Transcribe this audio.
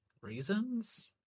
reasons